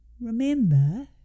Remember